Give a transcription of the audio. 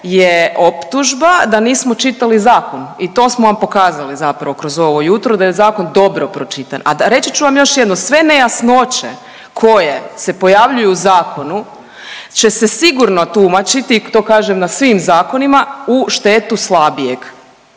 je optužba da nismo čitali zakon i to smo vam pokazali zapravo kroz ovo jutro, da je zakon dobro pročitan, a reći ću vam još jedno, sve nejasnoće koje se pojavljuju u zakonu će se sigurno tumačiti i to kažem na svim zakonima, u štetu slabijeg.